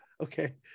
okay